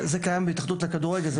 זה קיים בהתאחדות הכדורגל.